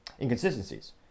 inconsistencies